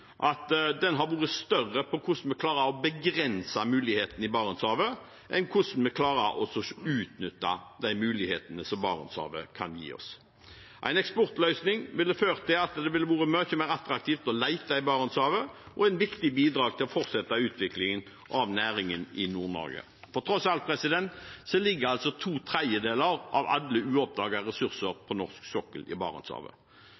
vært større på hvordan vi klarer å begrense mulighetene i Barentshavet, enn på hvordan vi klarer å utnytte de mulighetene som Barentshavet kan gi oss. En eksportløsning ville ført til at det ville vært mye mer attraktivt å lete i Barentshavet, og ville vært et viktig bidrag til å fortsette utviklingen av næringen i Nord-Norge, for tross alt ligger to tredjedeler av alle